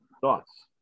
thoughts